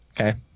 Okay